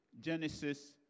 Genesis